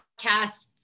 podcasts